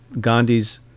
Gandhi's